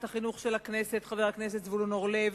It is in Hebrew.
החינוך של הכנסת חבר הכנסת זבולון אורלב,